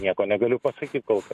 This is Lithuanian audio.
nieko negaliu pasakyt kol kas